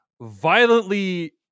violently